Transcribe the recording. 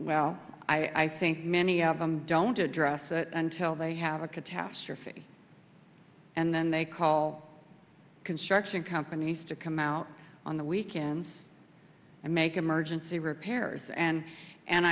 well i think many of them don't address it until they have a catastrophe and then they call construction companies to come out on the weekends and make emergency repairs and and